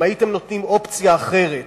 אם הייתם נותנים אופציה אחרת